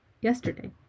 yesterday